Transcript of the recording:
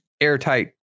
airtight